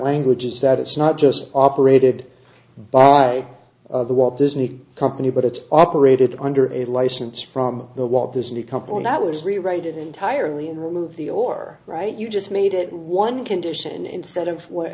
language is that it's not just operated by the walt disney company but it's operated under a license from the what this new company that was rewrite it entirely and remove the or right you just made it one condition instead of